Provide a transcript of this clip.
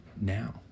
now